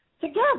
together